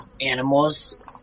animals